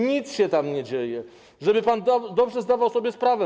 Nic się tam nie dzieje - żeby pan dobrze zdawał sobie sprawę.